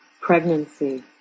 pregnancy